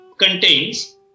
contains